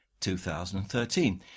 2013